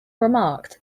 remarked